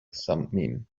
thummim